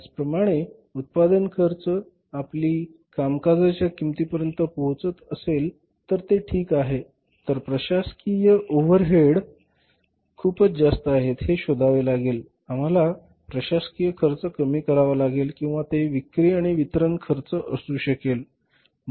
त्याचप्रमाणे उत्पादन खर्च आपली कामकाजाच्या किंमतीपर्यंत पोहोचत असेल तर ते ठीक आहे तर प्रशासकीय ओव्हरहेड्स खूपच जास्त आहेत हे शोधावे लागेल आम्हाला प्रशासकीय खर्च कमी करावा लागेल किंवा ते विक्री आणि वितरण खर्च असू शकेल